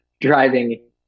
driving